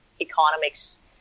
economics